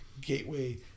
gateway